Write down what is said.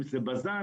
אם זה בזן,